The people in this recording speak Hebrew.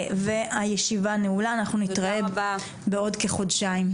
והישיבה נעולה, אנחנו נתראה בעוד כחודשיים.